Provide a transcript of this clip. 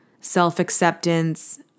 self-acceptance